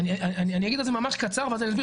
אני אגיד את זה ממש קצר ואז אני אסביר